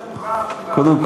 לא,